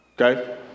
Okay